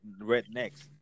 rednecks